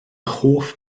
hoff